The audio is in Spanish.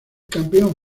campeón